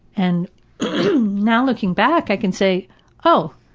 and now looking back i can say oh,